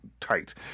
tight